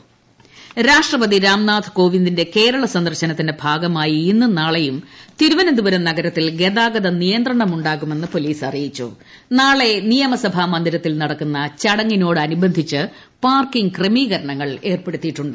ഗതാഗതനിയന്ത്രണം രാഷ്ട്രപതി രാംനാഥ് കോവിന്ദിന്റെ കേരള സന്ദർശനത്തിന്റെ ഭാഗമായി ഇന്നും നാളെയും തിരുവനന്തപുരം നഗരത്തിൽ ഗതാഗത നിയന്ത്രണം ഉണ്ടാകുമെന്ന് പോലീസ് അറിയിച്ചു നാളെ നിയമസഭാമന്ദിരത്തിൽ നടക്കുന്ന ചടങ്ങിനോടനുബന്ധിച്ച് പാർക്കിഗ് ക്രമീകരണങ്ങൾ ഏർപ്പെടുത്തിയിട്ടുണ്ട്